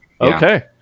okay